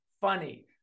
funny